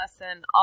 lesson